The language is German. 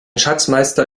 schatzmeister